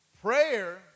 Prayer